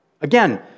Again